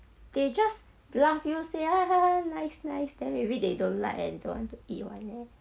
they just laugh you say nice nice then maybe they don't like and don't want to eat [one] leh